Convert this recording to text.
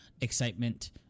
Excitement